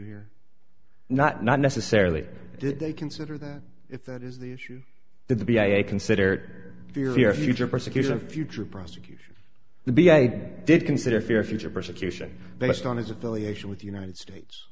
here not not necessarily did they consider that if that is the issue that to be a considered view or future prosecution future prosecution the be i did consider fear a future persecution based on his affiliation with the united states